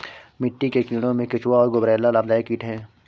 मिट्टी के कीड़ों में केंचुआ और गुबरैला लाभदायक कीट हैं